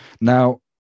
now